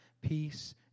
peace